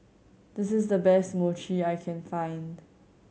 this is the best Mochi I can find